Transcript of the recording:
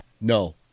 No